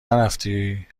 نرفتی